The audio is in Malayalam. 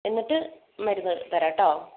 എന്നിട്ട് മരുന്ന് തരാം കേട്ടോ